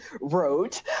wrote